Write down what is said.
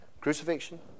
Crucifixion